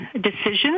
decision